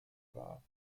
war